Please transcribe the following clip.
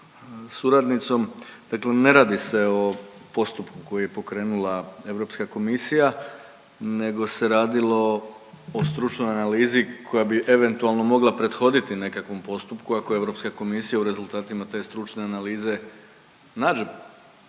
suradnicom. Dakle ne radi se o postupku koji je pokrenula Europska komisija nego se radilo o stručnoj analizi koja bi eventualno mogla prethoditi nekakvom postupku ako Europska komisija u rezultatima te stručne analize nađe